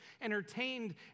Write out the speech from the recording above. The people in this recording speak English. entertained